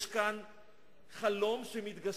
-ישראל ומסירות הנפש